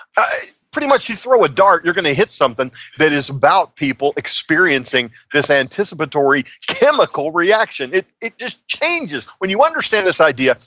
pretty much, you throw a dart, you're going to hit something that is about people experiencing this anticipatory chemical reaction. it it just changes, when you understand this idea,